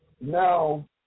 Now